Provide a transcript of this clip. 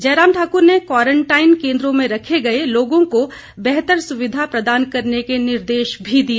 जयराम ठाकुर ने क्वारंटाइन केन्द्रों में रखे गए लोगों को बेहतर सुविधा प्रदान करने के निर्देश भी दिए